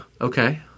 Okay